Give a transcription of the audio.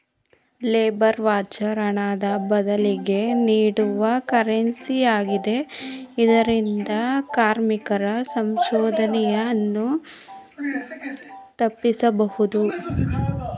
labour voucher ಹಣದ ಬದಲಿಗೆ ನೀಡುವ ಕರೆನ್ಸಿ ಆಗಿದೆ ಇದರಿಂದ ಕಾರ್ಮಿಕರ ಶೋಷಣೆಯನ್ನು ತಪ್ಪಿಸಬಹುದು